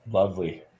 Lovely